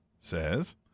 says